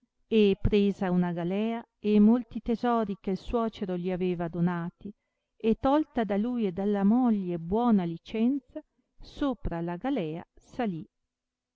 e presa una galea e molti tesori che suocero gli aveva donati e tolta da lui e dalla moglie buona licenza sopra la galea salì